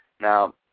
Now